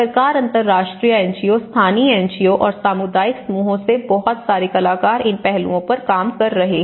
सरकार अंतर्राष्ट्रीय एनजीओ स्थानीय एनजीओ और सामुदायिक समूहों से बहुत सारे कलाकार इन पहलुओं पर काम कर रहे हैं